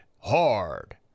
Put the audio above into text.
hard